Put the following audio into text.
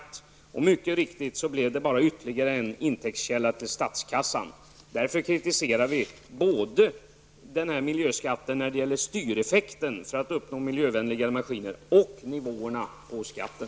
Detta blev mycket riktigt bara ytterligare en intäktskälla för statskassan. Vi kritiserar denna miljöskatt när det gäller både styreffekten för att uppnå miljövänligare maskiner och nivåerna på skatten.